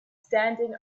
standing